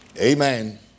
Amen